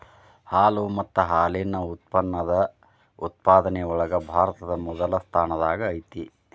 ಹಾಲು ಮತ್ತ ಹಾಲಿನ ಉತ್ಪನ್ನದ ಉತ್ಪಾದನೆ ಒಳಗ ಭಾರತಾ ಮೊದಲ ಸ್ಥಾನದಾಗ ಐತಿ